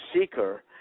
seeker